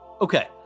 Okay